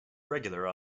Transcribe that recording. regular